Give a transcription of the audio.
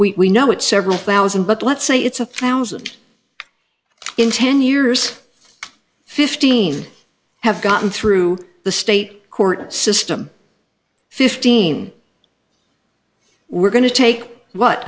we know it's several thousand but let's say it's a thousand in ten years fifteen have gotten through the state court system fifteen we're going to take what